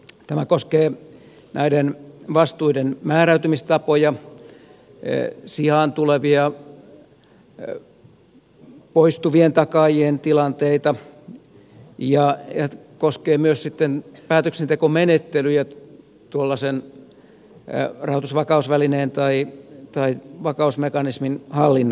tämä koskee näiden vastuiden määräytymistapoja sijaan tulevia poistuvien takaajien tilanteita ja koskee myös sitten päätöksentekomenettelyjä tuollaisen rahoitusvakausvälineen tai vakausmekanismin hallinnossa